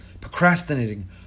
procrastinating